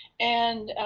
and